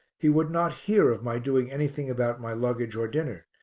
he would not hear of my doing anything about my luggage or dinner,